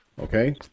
Okay